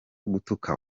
gutuka